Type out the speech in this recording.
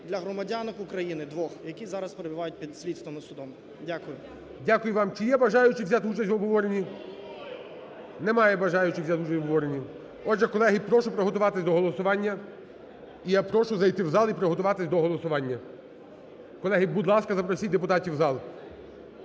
для громадянок України двох, які зараз перебувають під слідством і судом. Дякую. ГОЛОВУЮЧИЙ. Дякую вам. Чи є бажаючі взяти участь в обговоренні? Немає бажаючих взяти участь в обговоренні. Отже, колеги, прошу приготуватись до голосування і я прошу зайти в зал і приготуватись до голосування. Колеги, будь ласка, запросіть депутатів в зал,